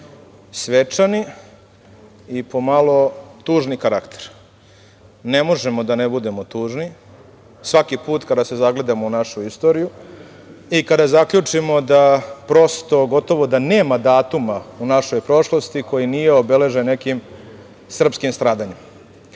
svečani i po malo tužni karakter. Ne možemo da ne budemo tužni svaki put kada se zagledamo u našu istoriju i kada zaključimo da prosto gotovo da nema datuma u našoj prošlosti koji nije obeležen nekim srpskim stradanjem. Mi